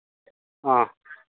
हां